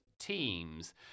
teams